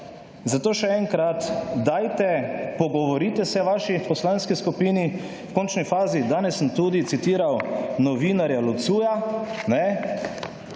Zato še enkrat, dajte, pogovori se v vaši poslanski skupini. V končni fazi, danes sem tudi citiral novinarja